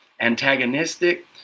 antagonistic